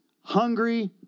hungry